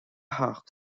hocht